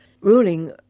ruling